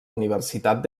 universitat